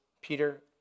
Peter